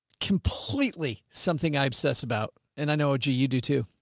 completely something i obsess about. and i know, gee, you do too.